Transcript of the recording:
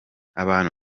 abantu